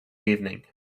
evening